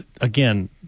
again